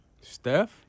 Steph